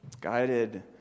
guided